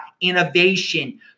Innovation